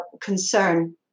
concern